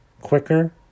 quicker